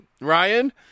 Ryan